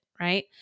right